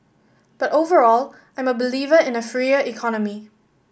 but overall I'm a believer in a freer economy